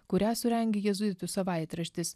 kurią surengė jėzuitų savaitraštis